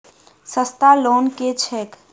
सस्ता लोन केँ छैक